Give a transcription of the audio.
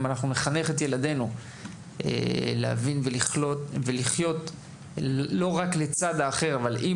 אנחנו גם נחנך את ילדינו להבין ולחיות לא רק לצד האחר אבל עם